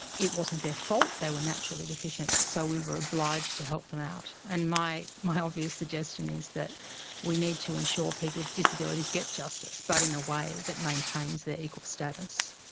it wasn't their fault they were naturally deficient, so we were obliged to help them out. and my my obvious suggestion is that we need to ensure people with disabilities get justice but in a way that maintains their equal status.